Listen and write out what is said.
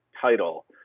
title